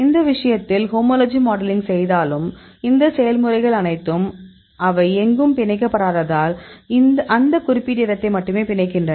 இந்த விஷயத்தில் homology modelling செய்தாலும் இந்த செயல்முறைகள் அனைத்தும் அவை எங்கும் பிணைக்கப்படாததால் அந்த குறிப்பிட்ட இடத்தை மட்டுமே பிணைக்கின்றன